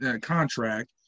contract